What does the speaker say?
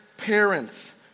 Parents